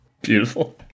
Beautiful